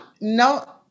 no